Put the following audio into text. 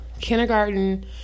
kindergarten